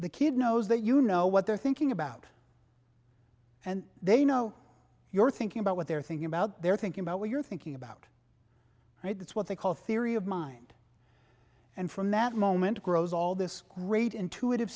the kid knows that you know what they're thinking about and they know you're thinking about what they're thinking about their thinking about what you're thinking about right that's what they call theory of mind and from that moment grows all this great intuitive